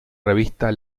revista